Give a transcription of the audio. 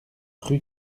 rue